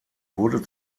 wurde